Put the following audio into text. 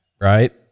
right